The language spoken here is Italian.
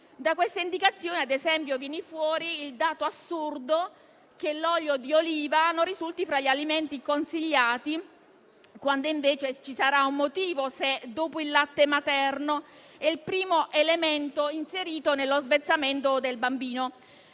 Da questa indicazione, ad esempio, emerge il dato assurdo che l'olio di oliva non risulta tra gli alimenti consigliati, quando invece ci sarà un motivo se, dopo il latte materno, è il primo elemento inserito nello svezzamento del bambino.